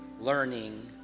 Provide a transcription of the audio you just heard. learning